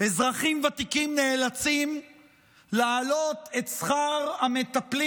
אזרחים ותיקים נאלצים להעלות את שכר המטפלים